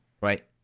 right